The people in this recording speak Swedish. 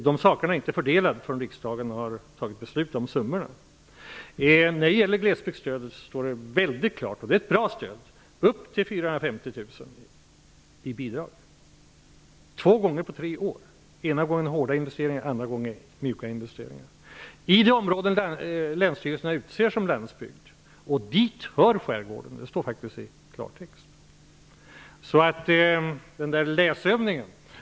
Dessa pengar är inte fördelade förrän riksdagen har fattat beslut om summorna. I fråga om glesbygdsstödet, som är ett bra stöd, står detta väldigt klart: upp till 450 000 i bidrag, två gånger på tre år. Den ena gången var det hårda investeringar, den andra gången mjuka investeringar. Detta gäller i de områden som länsstyrelserna utser som landsbygd, och dit hör skärgården. Det står i klartext. Läsövning, var det!